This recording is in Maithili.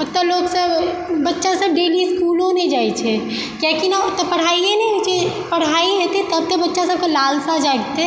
ओतहु लोक सब बच्चा सब डेली इसकुलो नहि जाइ छै किएक कि नऽ ओतहु पढ़ाइए नहि होइ छै पढ़ाइ हेतय तब तऽ बच्चा सबके लालसा जागिते